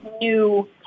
new